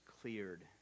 cleared